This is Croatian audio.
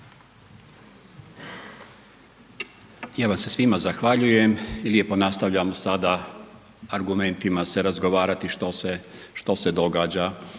Ja vam se svima zahvaljujem i lijepo nastavljam sada argumentima se razgovarati što se događa.